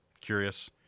curious